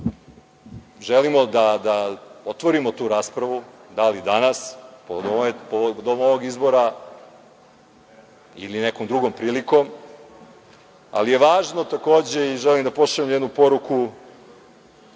želimo da otvorimo tu raspravu, da li danas povodom ovog izbora ili nekom drugom prilikom, ali je važno takođe i želim da pošaljem jednu poruku